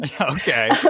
Okay